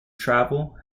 travel